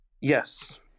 Yes